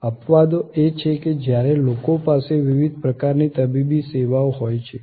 અપવાદો એ છે કે જ્યારે લોકો પાસે વિવિધ પ્રકારની તબીબી સેવા હોય છે